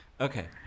Okay